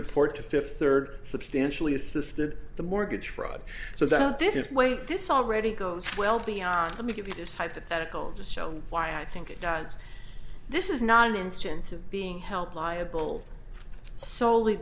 report to fifth third substantially assisted the mortgage fraud so that this is way this already goes well beyond let me give you this hypothetical just shown why i think it does this is not an instance of being helped liable sole